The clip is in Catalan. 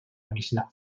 mixnà